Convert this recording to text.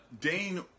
Dane